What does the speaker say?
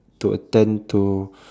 to attend to